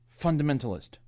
fundamentalist